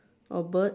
or birds